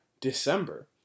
December